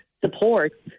support